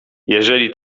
jeżeli